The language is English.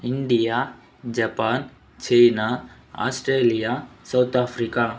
India Japan China Australia South Africa